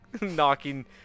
knocking